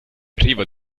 privo